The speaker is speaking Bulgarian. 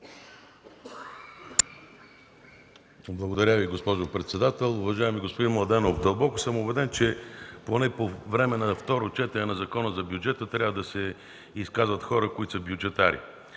Благодаря Ви, госпожо председател. Уважаеми господин Младенов, дълбоко съм убеден, че по време на второ четене на Закона за бюджета трябва да се изказват хора, които са бюджетари